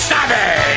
Savage